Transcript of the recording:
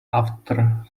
after